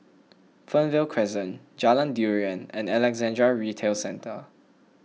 Fernvale Crescent Jalan Durian and Alexandra Retail Centre